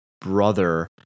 brother